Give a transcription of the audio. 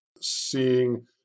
seeing